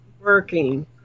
working